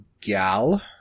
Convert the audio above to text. gal